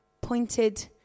pointed